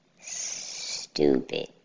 stupid